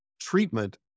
treatment